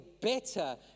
better